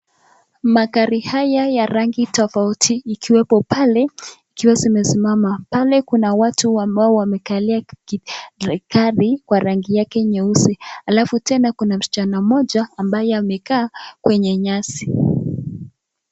Magari haya ya rangi tofauti ikiwepo pale ikiwa zimesimama. Pale kuna watu ambao wamekalia gari kwa rangi yake nyeusi. Alafu pale kuna msichana mmoja ambaye amekaa kwenye nyasi.